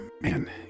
man